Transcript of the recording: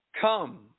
come